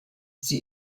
sie